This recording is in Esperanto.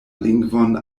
lingvon